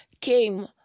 came